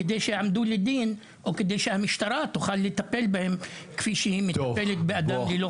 כדי שהמשטרה תוכל לטפל בהם ולהעמיד אותם לדין,